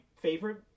favorite